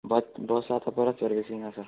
but दो सात परत सर्विसींग आसा